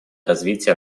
развития